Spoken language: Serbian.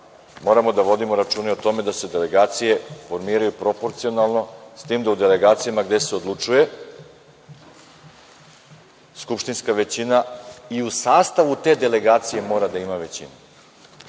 moramo da vodimo računa i o tome da se delegacije formiraju proporcionalno s tim da u delegacijama gde se odlučuje skupštinska većina i u sastavu te delegacije mora da ima većinu. To